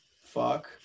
fuck